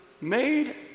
made